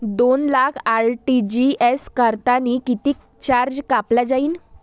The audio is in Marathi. दोन लाख आर.टी.जी.एस करतांनी कितीक चार्ज कापला जाईन?